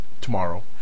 tomorrow